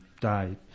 died